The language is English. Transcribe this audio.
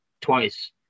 twice